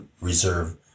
Reserve